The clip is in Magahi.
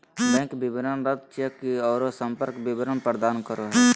बैंक विवरण रद्द चेक औरो संपर्क विवरण प्रदान करो हइ